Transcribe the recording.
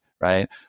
right